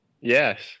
Yes